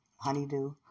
Honeydew